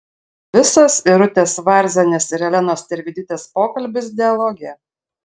visas irutės varzienės ir elenos tervidytės pokalbis dialoge